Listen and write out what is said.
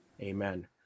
Amen